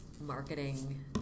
marketing